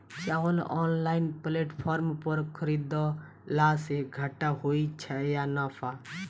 चावल online platform पर खरीदलासे घाटा होइ छै या नफा?